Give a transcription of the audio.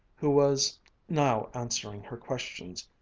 who was now answering her questions,